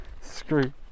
Screw